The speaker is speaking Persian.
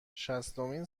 شصتمین